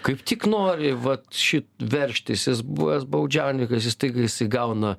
kaip tik nori vat šiaip veržtis jis buvęs baudžiauninkas jis tai jisai gauna